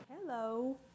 Hello